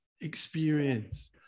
experience